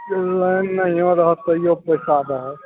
line नहियो रहत तैयो पैसा दहक